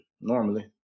normally